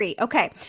Okay